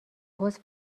حوض